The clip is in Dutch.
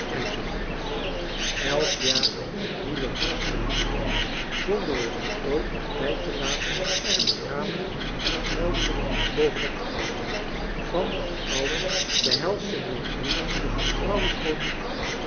elk jaar een nieuwe worsteling bereidde zonder ons ooit tijd te laten er lichamelijk en geldelijk boven op te komen van dat alles behelsden mijn brieven de getrouwe kroniek